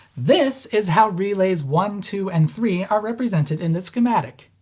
this is how relays one, two, and three are represented in the schematic.